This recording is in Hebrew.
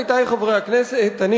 עמיתי חברי הכנסת,